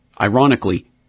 Ironically